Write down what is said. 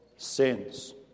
sins